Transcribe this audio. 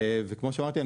כמו שאמרתי,